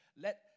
let